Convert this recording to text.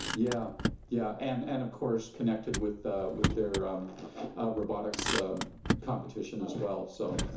yeah yeah and and of course connected with ah with they're robotics competition as well. so